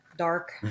dark